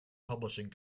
publishing